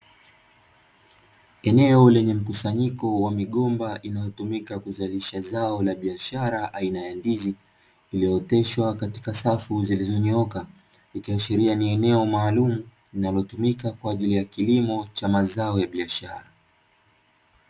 Eneo lenye mkusanyiko wa migomba inayotumika kuzalisha zao la biashara aina ya ndizi, iliyooteshwa katika safu iliyonyooka ikiashiria ni eneo maalumu limalotumika kwa ajili ya kilimo cha mazao ya biashara.